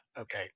okay